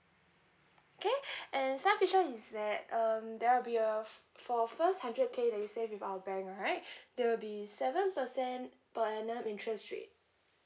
K and some features is that um there will be a f~ for first hundred K that you save with our bank right there will be seven percent per annum interest rate